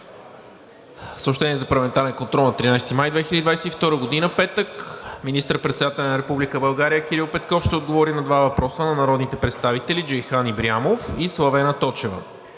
Съобщение за парламентарен контрол на 13 май 2022 г., петък: 1. Министър-председателят на Република България Кирил Петков ще отговори на два въпроса от народните представители Джейхан Ибрямов; и Славена Точева.